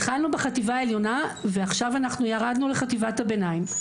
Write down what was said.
התחלנו בחטיבה העליונה ועכשיו אנחנו ירדנו לחטיבת הביניים.